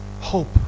Hope